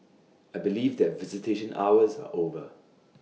I believe that visitation hours are over